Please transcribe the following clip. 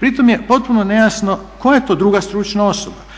Pritom je potpuno nejasno koja je to druga stručna osoba